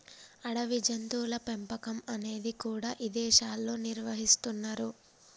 అడవి జంతువుల పెంపకం అనేది కూడా ఇదేశాల్లో నిర్వహిస్తున్నరు